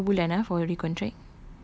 I ada lagi berapa bulan ah for recontract